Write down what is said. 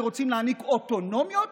שרוצות להעניק אוטונומיה,